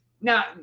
Now